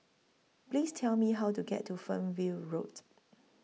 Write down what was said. Please Tell Me How to get to Fernvale Road